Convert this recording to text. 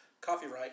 Copyright